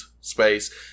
space